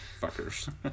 Fuckers